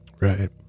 right